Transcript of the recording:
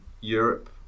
Europe